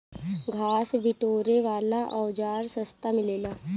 घास बिटोरे वाला औज़ार सस्ता मिलेला